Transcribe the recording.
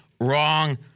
Wrong